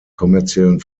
kommerziellen